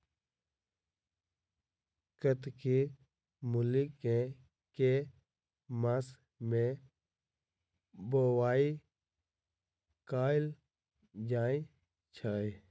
कत्की मूली केँ के मास मे बोवाई कैल जाएँ छैय?